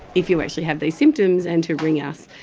if you actually have these symptoms and to ring us.